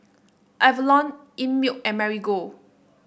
Avalon Einmilk and Marigold